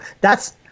thats